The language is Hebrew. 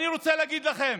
אני רוצה להגיד לכם,